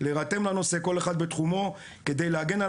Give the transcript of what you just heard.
להירתם לנושא כל אחד בתחומו כדי להגן על